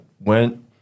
went